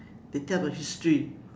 they tell about history